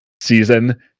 season